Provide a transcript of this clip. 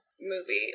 movie